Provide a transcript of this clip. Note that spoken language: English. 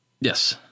yes